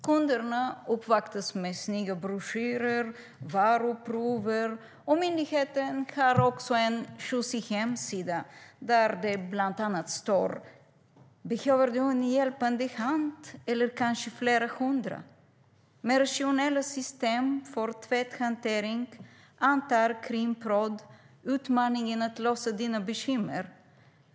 Kunderna uppvaktas med snygga broschyrer och varuprover, och myndigheten har en tjusig hemsida där det bland annat står: "Behöver du en hjälpande hand eller kanske flera hundra? Med rationella system för tvätthantering antar KrimProd utmaningen att lösa dina bekymmer.